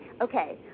okay